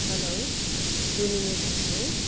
hello Domino's हो